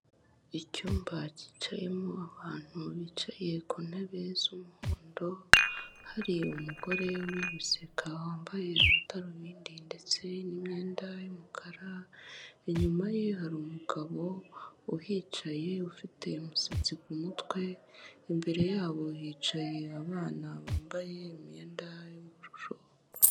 Icyumba cyicayemo abantu bicaye ku ntebe z'umuhondo, hari umugore uri guseka wambaye amadarubindi ndetse n'imyenda y'umukara, inyuma ye hari umugabo uhicaye ufite umusatsi ku mutwe, imbere yabo hicaye abana bambaye imyenda y'ubururu.